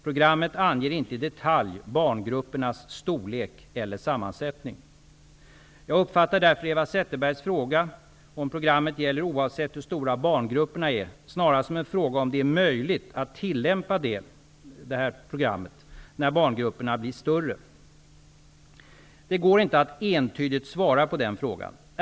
Programmet anger inte i detalj barngruppernas storlek eller sammansättning. Jag uppfattar därför Eva Zetterbergs fråga, om programmet gäller oavsett hur stora barngrupperna är, snarast som en fråga om det är möjligt att tillämpa detta program när barngrupperna blir större. Det går inte att entydigt svara på den frågan.